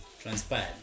transpired